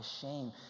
shame